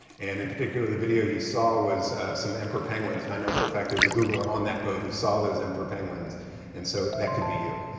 and, in particular, the video you saw was some emperor penguins, and i know for a fact there was a googler on that boat who saw those emperor penguins and so, that could be you.